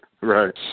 right